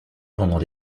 pendant